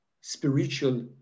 spiritual